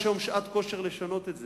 יש היום שעת כושר לשנות את זה.